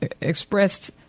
expressed